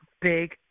big